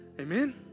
Amen